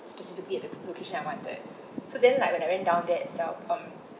specifically at the lo~ location I wanted so then like when I went down there itself um